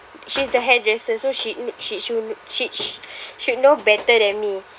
she's the hairdresser so she kn~ she should sh~ should know better than me